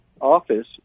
office